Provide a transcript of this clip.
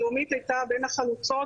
לאומית הייתה בין החלוצות,